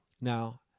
Now